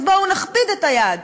אז בואו נכביד את היד.